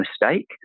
mistake